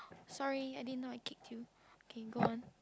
sorry I didn't know I kicked you okay go on